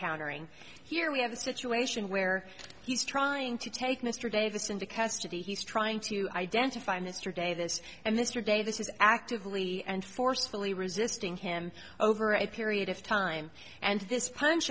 countering here we have a situation where he's trying to take mr davis into custody he's trying to identify mr de this and this or davis is actively and forcefully resisting him over a period of time and this punch